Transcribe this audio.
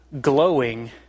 glowing